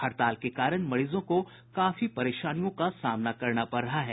हड़ताल के कारण मरीजों को काफी परेशानियों का सामना करना पड़ रहा है